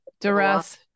duress